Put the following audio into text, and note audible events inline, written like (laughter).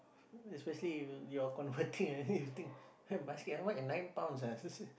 especially if you you are converting and then you think (laughs) basket how much ah nine pounds ah still say